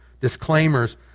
disclaimers